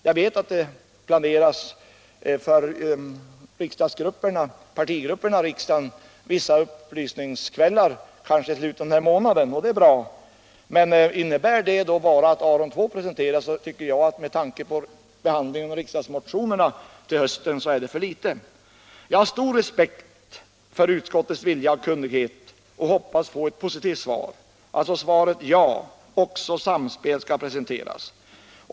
Jag vet att det för partigrupperna i riksdagen planeras vissa upplysningskvällar, kanske i slutet av den här månaden, och det är bra. Men innebär det då bara att Aron II presenteras så tycker jag att det med tanke på behandlingen i riksdagsmotionerna till hösten är för litet. Jag har stor respekt för utskottets vilja och kunnighet och hoppas få ett positivt svar — alltså svaret: Ja, också Samspel skall presenteras.